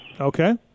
Okay